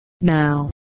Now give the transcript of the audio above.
Now